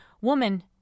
Woman